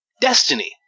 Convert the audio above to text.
destiny